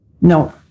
No